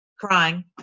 Crying